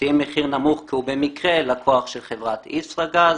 מציעים מחיר נמוך כי הוא במקרה לקוח של חברת ישראגז,